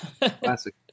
Classic